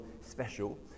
special